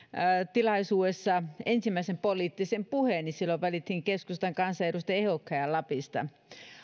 tilaisuudessa ensimmäisen poliittisen puheeni silloin valittiin keskustan kansanedustajaehdokkaita lapista